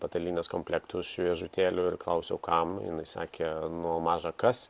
patalynės komplektų šviežutėlių ir klausiau kam jinai sakė nu o maža kas